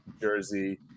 jersey